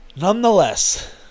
Nonetheless